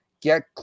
Get